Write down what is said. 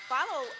Follow